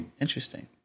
interesting